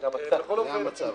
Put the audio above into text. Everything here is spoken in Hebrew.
זה המצב.